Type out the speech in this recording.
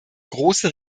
große